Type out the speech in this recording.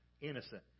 innocent